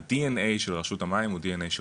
ה- DNA של רשות המים הוא DNA שירותי,